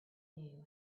knew